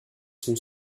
son